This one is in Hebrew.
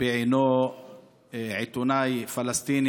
בעינו עיתונאי פלסטיני